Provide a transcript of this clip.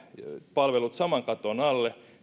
palvelut saman katon alle